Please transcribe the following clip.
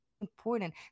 important